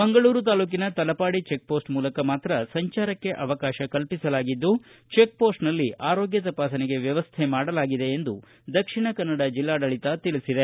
ಮಂಗಳೂರು ತಾಲ್ಲೂಕಿನ Talapady check post ಮೂಲಕ ಮಾತ್ರ ಸಂಚಾರಕ್ಕೆ ಅವಕಾಶ ಕಲ್ಪಿಸಲಾಗಿದ್ದು ಚೆಕ್ ಪೋಸ್ಟ್ನಲ್ಲಿ ಆರೋಗ್ಯ ತಪಾಸಣೆಗೆ ವ್ಯವಸ್ಥೆ ಮಾಡಲಾಗಿದೆ ಎಂದು ದಕ್ಷಿಣ ಕನ್ನಡ ಜಿಲ್ಲಾಡಳಿತ ತಿಳಿಸಿದೆ